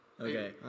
Okay